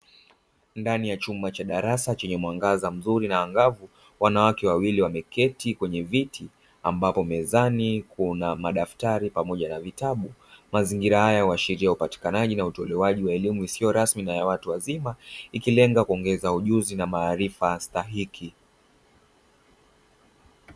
Ndani ya chumba cha darasa chenye mwangaza mzuri na ang'avu wanawake wawili wameketi kwenye viti ambapo mezani kuna madaftari pamoja na vitabu. Mazingira haya huashiria upatikanaji na utolewaji wa elimu isiyo rasmi na ya watu wazima ikilenga kuongeza ujuzi na maarifa stahiki.